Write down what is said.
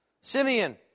Simeon